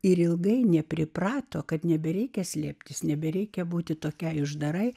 ir ilgai nepriprato kad nebereikia slėptis nebereikia būti tokiai uždarai